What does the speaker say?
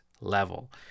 level